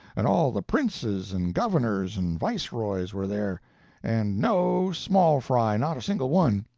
and all the princes and governors and viceroys, were there and no small fry not a single one.